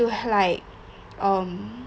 it'll like um